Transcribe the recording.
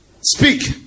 Speak